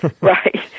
Right